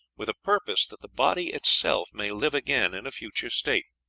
with a purpose that the body itself may live again in a future state.